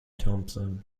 thompson